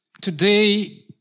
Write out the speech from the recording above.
today